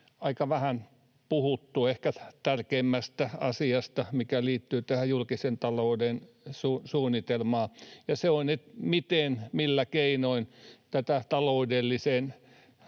aika vähän puhuttu ehkä tärkeimmästä asiasta, mikä liittyy tähän julkisen talouden suunnitelmaan, ja se on se, miten, millä keinoin tätä taloudellista